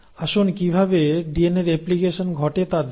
আসুন কিভাবে DNA replication ঘটে তা দেখি